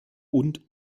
und